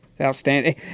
Outstanding